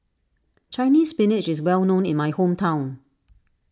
Chinese Spinach is well known in my hometown